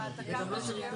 וגם לא צריך תשריט.